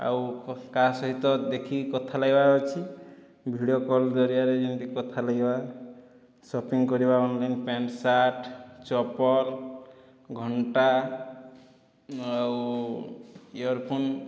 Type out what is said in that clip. ଆଉ କାହା ସହିତ ଦେଖିକି କଥା ଲାଗିବା ଅଛି ଭିଡ଼ିଓ କଲ ଜରିଆରେ ଯେମିତି କଥା ଲାଗିବା ସପିଂ କରିବା ଅନ୍ଲାଇନ୍ ପ୍ୟାଣ୍ଟ ସାର୍ଟ ଚପଲ ଘଣ୍ଟା ଆଉ ଇୟରଫୋନ୍